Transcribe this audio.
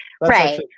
right